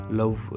love